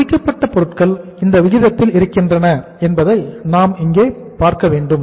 முடிக்கப்பட்ட பொருட்கள் இந்த விகிதத்தில் இருக்கின்றன என்பதை இங்கே நாம் பார்க்க வேண்டும்